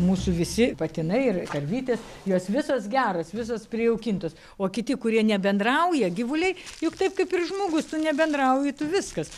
mūsų visi patinai ir karvytės jos visos geros visos prijaukintos o kiti kurie nebendrauja gyvuliai juk taip kaip ir žmogus tu nebendrauji viskas